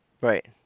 Right